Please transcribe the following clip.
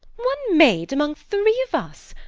one maid among three of us.